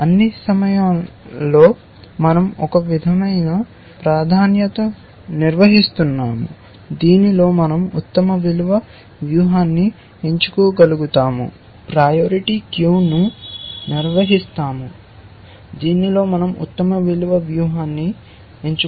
అన్ని సమయాల్లో మన০ ఒక విధమైన ప్రయారిటీ క్యూను నిర్వహిస్తున్నాము దీనిలో మన০ ఉత్తమ విలువ వ్యూహాన్ని ఎంచుకోగలుగుతాము